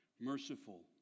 merciful